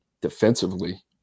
defensively